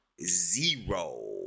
zero